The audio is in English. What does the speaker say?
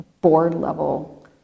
board-level